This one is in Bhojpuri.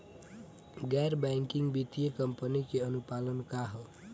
गैर बैंकिंग वित्तीय कंपनी के अनुपालन का ह?